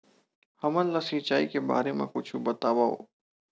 हमन ला सिंचाई के बारे मा कुछु बतावव?